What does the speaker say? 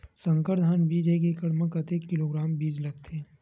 संकर धान बीज एक एकड़ म कतेक किलोग्राम बीज लगथे?